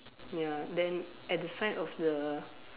ya then at the side of the